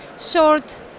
short